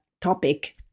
topic